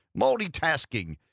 Multitasking